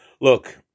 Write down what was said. Look